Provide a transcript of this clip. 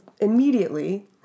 immediately